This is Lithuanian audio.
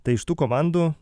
tai iš tų komandų